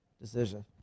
decision